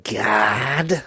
god